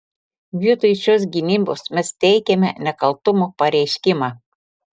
vietoj šios gynybos mes teikiame nekaltumo pareiškimą